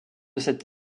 cette